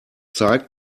zeigt